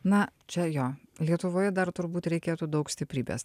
na čia jo lietuvoje dar turbūt reikėtų daug stiprybės